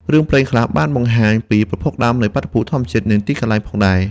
រឿងព្រេងខ្លះបានបង្ហាញពីប្រភពដើមនៃបាតុភូតធម្មជាតិ និងទីកន្លែងផងដែរ។